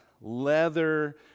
Leather